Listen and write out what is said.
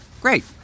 great